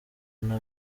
nta